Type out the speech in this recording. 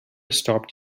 stopped